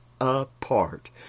apart